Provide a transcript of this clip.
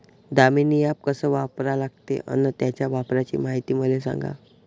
Damini app कस वापरा लागते? अन त्याच्या वापराची मायती मले सांगा